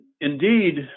indeed